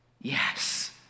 Yes